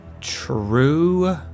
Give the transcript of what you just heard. True